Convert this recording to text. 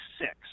six –